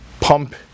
pump